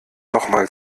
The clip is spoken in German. nochmal